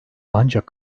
ancak